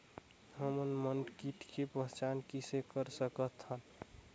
हमन मन कीट के पहचान किसे कर सकथन?